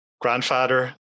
grandfather